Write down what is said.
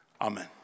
Amen